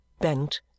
bent